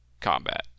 Combat